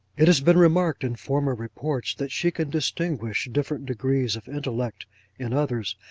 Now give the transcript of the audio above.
it has been remarked in former reports, that she can distinguish different degrees of intellect in others,